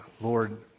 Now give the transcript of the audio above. Lord